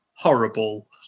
horrible